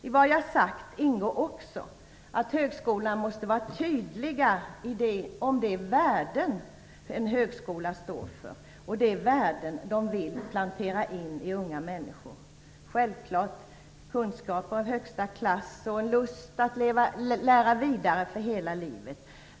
I vad jag sagt ingår också att man på högskolan måste vara tydlig om de värden högskolan står för och de värden man vill plantera in i unga människor. Det gäller självfallet kunskaper av högsta klass och en lust att lära vidare för hela livet.